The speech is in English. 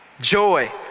Joy